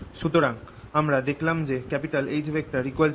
সুতরাং আমরা দেখলাম যে H M3